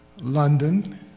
London